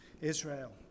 Israel